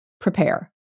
prepare